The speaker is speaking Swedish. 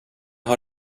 har